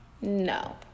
No